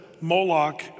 Moloch